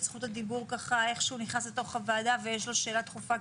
זכות הדיבור איך שהוא נכנס לתוך הוועדה ויש לו שאלה דחופה.